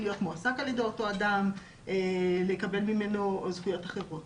להיות מועסק על ידי אותו אדם או יקבל ממנו זכויות אחרות,